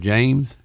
James